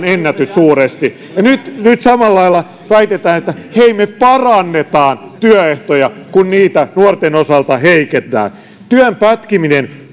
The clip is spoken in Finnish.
ennätyssuuresti ja nyt nyt samalla lailla väitetään että hei me parannetaan työehtoja kun niitä nuorten osalta heikennetään työn pätkiminen